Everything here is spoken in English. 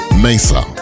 Mesa